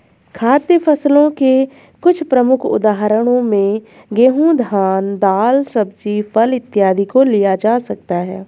खाद्य फसलों के कुछ प्रमुख उदाहरणों में गेहूं, धान, दाल, सब्जी, फल इत्यादि को लिया जा सकता है